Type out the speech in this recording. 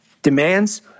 demands